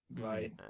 Right